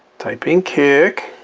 type in kik,